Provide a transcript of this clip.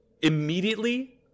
immediately